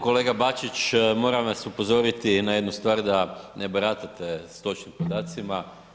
Kolega Bačić, moram vas upozoriti na jednu stvar da ne baratate s točnim podacima.